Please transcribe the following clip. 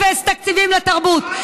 אפס תקציבים לתרבות.